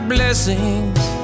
blessings